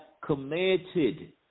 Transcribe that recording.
committed